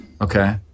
Okay